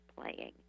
playing